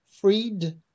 freed